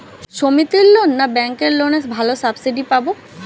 সমিতির লোন না ব্যাঙ্কের লোনে ভালো সাবসিডি পাব?